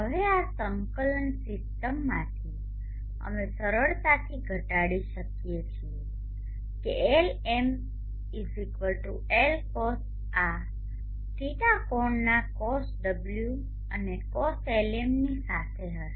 હવે આ સંકલન સીસ્ટમમાંથી અમે સરળતાથી ઘટાડી શકીએ છીએ કે Lm L cos આ δ કોણના cosω અને કોસ Lm ની સાથે હશે